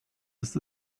ist